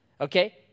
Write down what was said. okay